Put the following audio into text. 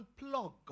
unplug